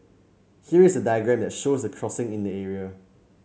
here is a diagram that shows the crossings in the area